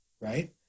Right